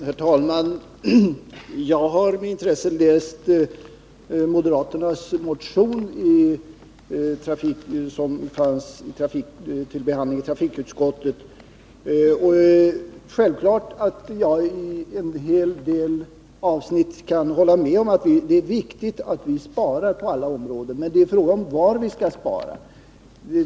Herr talman! Jag har med intresse läst moderaternas motion, som behandlats i trafikutskottet. Självfallet kan jag i fråga om en hel del avsnitt hålla med om att det är viktigt att vi sparar. Men frågan är var vi skall spara.